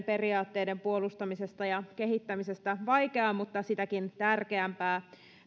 periaatteiden puolustamisesta ja kehittämisestä vaikeaa mutta sitäkin tärkeämpää